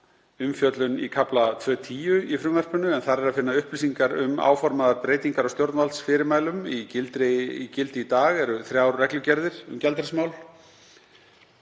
umfjöllun í kafla 2.10 í frumvarpinu en þar er að finna upplýsingar um áformaðar breytingar á stjórnvaldsfyrirmælum. Í gildi í dag eru þrjár reglugerðir um gjaldeyrismál